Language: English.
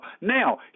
Now